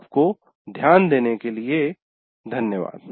आपको ध्यान देने के लिये धन्यवाद